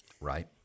Right